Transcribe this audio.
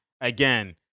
again